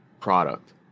product